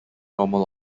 normal